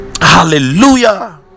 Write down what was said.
hallelujah